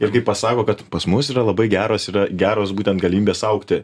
ir kai pasako kad pas mus yra labai geros yra geros būtent galimybės augti